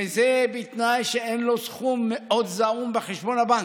וזה בתנאי שאין לו סכום מאוד זעום בחשבון הבנק.